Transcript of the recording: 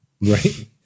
Right